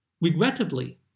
Regrettably